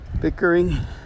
bickering